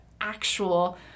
actual